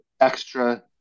extra